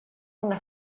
una